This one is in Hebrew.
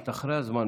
את אחרי הזמן.